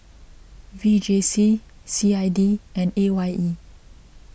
V J C C I D and A Y E